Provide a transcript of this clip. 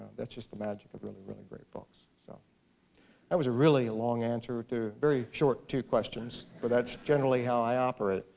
that's just the magic of really really great books. so that was a really long answer to a very short two questions. but that's generally how i operate.